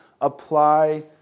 apply